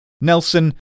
Nelson